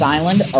Island